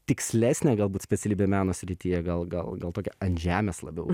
tikslesnę galbūt specialybę meno srityje gal gal gal tokią ant žemės labiau